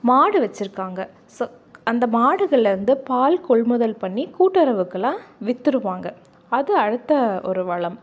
மாடு வச்சுருக்காங்க ஸோ அந்த மாடுகள்லேருந்து பால் கொள்முதல் பண்ணி கூட்டுறவுக்கெலாம் விற்றுருவாங்க அது அடுத்த ஒரு வளம்